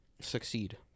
succeed